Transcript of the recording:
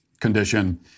condition